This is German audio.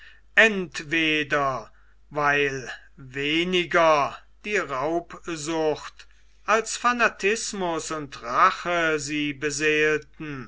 entweder weil weniger die raubsucht als fanatismus und rache sie beseelten